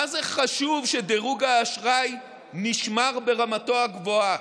מה זה חשוב שדירוג האשראי נשמר ברמתו הגבוהה?